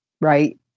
right